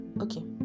okay